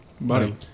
Buddy